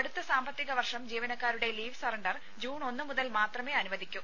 അടുത്ത സാമ്പത്തിക വർഷം ജീവനക്കാരുടെ ലീവ് സറണ്ടർ ജൂൺ ഒന്നുമുതൽ മാത്രമേ അനുവദിക്കൂ